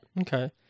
okay